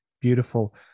Beautiful